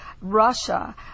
Russia